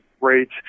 rates